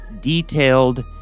detailed